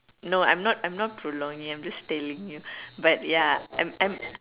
no I'm not I'm not prolonging I'm just telling you but ya I'm I'm